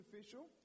official